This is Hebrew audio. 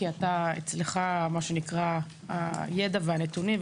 כי אצלך הידע והנתונים,